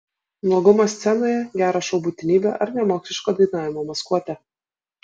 nuogumas scenoje gero šou būtinybė ar nemokšiško dainavimo maskuotė